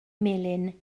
melin